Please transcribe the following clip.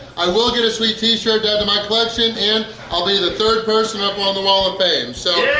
i will get a sweet t-shirt to add to my collection and i'll be the third person up on the wall of fame. so